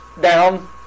down